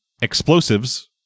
explosives